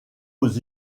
aux